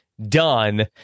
done